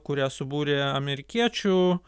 kurią subūrė amerikiečių